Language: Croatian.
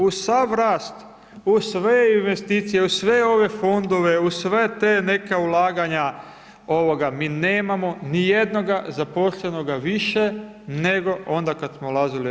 Uz sav rast, uz sve investicije, uz sve ove fondove uz sve te neka ulaganja ovoga mi nemamo ni jednoga zaposlenoga više nego onda kad smo ulazili u EU.